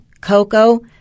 cocoa